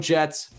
Jets